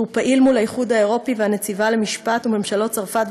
והוא פעיל מול האיחוד האירופי והנציבה למשפט וממשלות צרפת